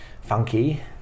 funky